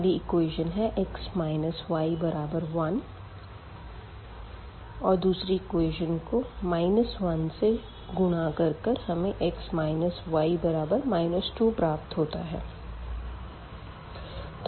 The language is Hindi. पहला इक्वेशन है x y1 और दूसरे इक्वेशन को 1 से गुणा कर कर हमें x y 2 प्राप्त होता है